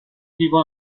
لیوان